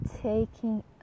taking